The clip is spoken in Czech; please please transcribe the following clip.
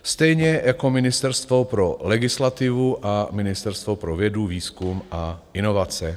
Stejně jako Ministerstvo pro legislativu a ministerstvo pro vědu, výzkum a inovace.